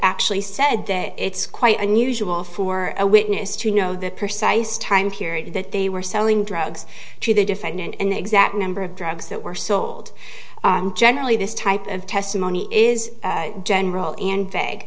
actually said that it's quite unusual for a witness to know the precise time period that they were selling drugs to the defendant and the exact number of drugs that were sold generally this type of testimony is general and